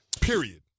period